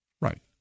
right